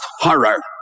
horror